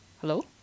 Hello